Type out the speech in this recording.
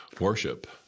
worship